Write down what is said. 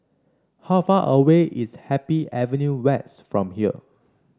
how far away is Happy Avenue West from here